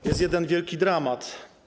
To jest jeden wielki dramat.